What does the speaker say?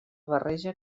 barreja